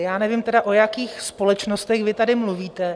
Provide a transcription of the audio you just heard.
Já nevím tedy, o jakých společnostech vy tady mluvíte.